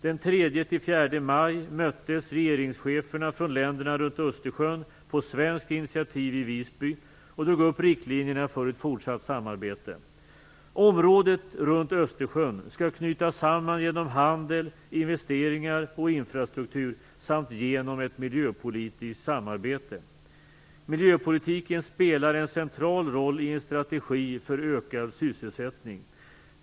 Den 3-4 maj möttes regeringscheferna från länderna runt Östersjön på svenskt initiativ i Visby och drog upp riktlinjerna för ett fortsatt samarbete. Området runt Östersjön skall knytas samman genom handel, investeringar och infrastruktur samt genom ett miljöpolitiskt samarbete. Miljöpolitiken spelar en central roll i en strategi för ökad sysselsättning.